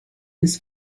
ist